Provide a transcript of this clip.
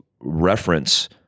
reference